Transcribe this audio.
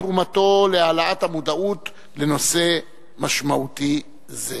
תרומתו להגברת המודעות לנושא משמעותי זה.